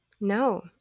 No